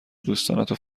دوستانتو